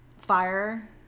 fire